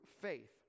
faith